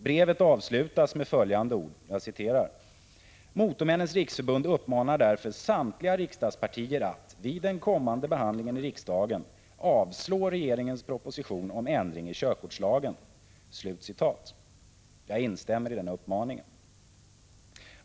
Brevet avslutas med följande ord: ”Motormännens Riksförbund uppmanar därför samtliga riksdagspartier att, vid den kommande behandlingen i riksdagen, avslå regeringens proposition om ändring i körkortslagen.” Jag instämmer i den uppmaningen.